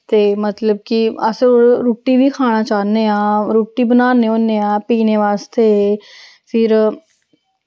ते मतलब कि अस रुट्टी बी खाना चाह्न्ने आं रुट्टी बनाने होन्ने आं पीने बास्ते फिर